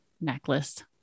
necklace